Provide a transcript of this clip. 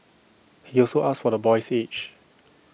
he also asked for the boy's age